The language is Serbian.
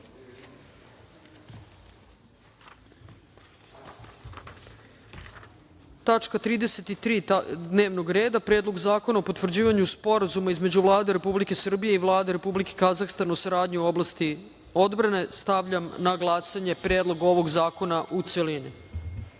tačka dnevnog reda – Predlog zakona o potvrđivanju Sporazuma između Vlade Republike Srbije i Vlade Republike Kazahstan o saradnji u oblasti odbrane. Stavljam na glasanje Predlog ovog zakona, u